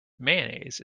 mayonnaise